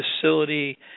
facility